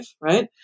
right